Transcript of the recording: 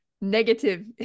negative